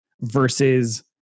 versus